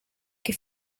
che